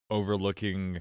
overlooking